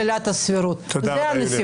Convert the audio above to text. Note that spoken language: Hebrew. על סמך עילת הסבירות, כי אלה הנסיבות.